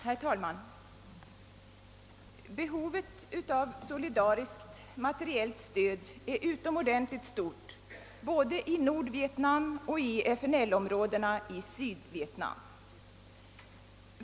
Herr talman! Behovet av solidariskt materiellt stöd är utomordentligt stort både i Nordvietnam och i FNL-områdena i Sydvietnam.